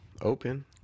Open